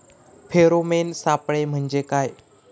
Pheromone सापळे म्हंजे काय?